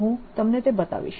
હું તમને તે બતાવીશ